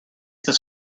this